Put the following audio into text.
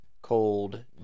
cold